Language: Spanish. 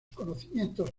conocimientos